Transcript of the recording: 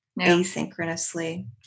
asynchronously